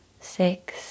Six